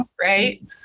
right